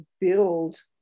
build